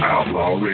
Outlaw